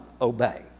obey